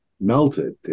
melted